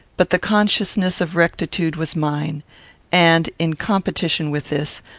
but the consciousness of rectitude was mine and, in competition with this,